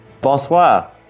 Bonsoir